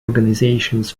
organisations